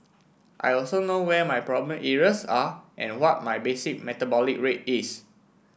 I also know where my problem areas are and what my basic metabolic rate is